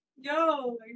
yo